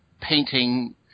painting